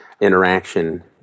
interaction